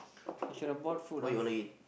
I should have brought food lah